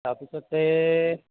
তাৰপিছতে